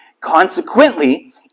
Consequently